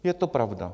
Je to pravda.